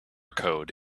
code